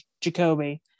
jacoby